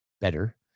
better